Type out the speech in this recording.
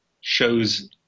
shows